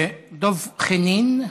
דב חנין.